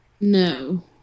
No